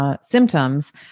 symptoms